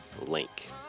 link